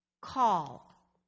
Call